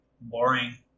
boring